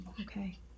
Okay